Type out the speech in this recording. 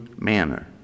manner